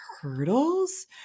hurdles